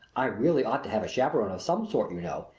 i really ought to have a chaperon of some sort, you know,